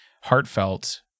heartfelt